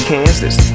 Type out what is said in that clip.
Kansas